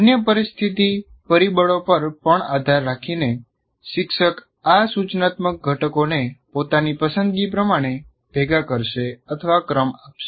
અન્ય પરિસ્થિતી પરિબળો પર પણ આધાર રાખીને શિક્ષક આ સૂચનાત્મક ઘટકોને પોતાની પસંદગી પ્રમાણે ભેગા કરશે અથવા ક્રમ આપશે